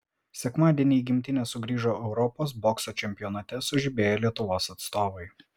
sekmadienį į gimtinę sugrįžo europos bokso čempionate sužibėję lietuvos atstovai